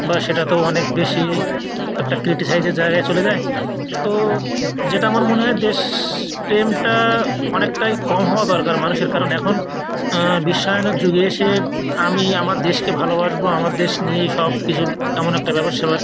বা সেটা তো অনেক বেশি একটা ক্রিটিসাইজের জায়গায় চলে যায় তো যেটা আমার মনে হয় দেশপ্রেমটা অনেকটাই কম হওয়া দরকার মানুষের কারণ এখন বিশ্বায়নের যুগে এসে আমি আমার দেশকে ভালবাসবো আমার দেশ নিয়েই সবকিছু এমন একটা ব্যাপার স্যাপার